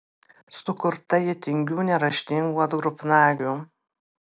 sukurpta ji tingių neraštingų atgrubnagių